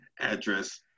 address